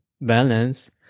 balance